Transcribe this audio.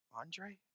Andre